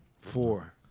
Four